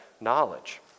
knowledge